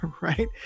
right